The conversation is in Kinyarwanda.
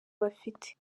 bafite